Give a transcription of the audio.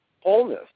wholeness